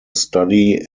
study